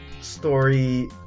story